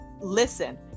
listen